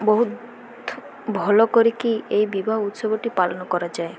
ବହୁତ ଭଲ କରିକି ଏଇ ବିବାହ ଉତ୍ସବଟି ପାଲନ କରାଯାଏ